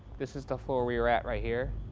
this is the floor we were at, right here.